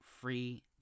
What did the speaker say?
free